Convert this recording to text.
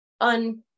un-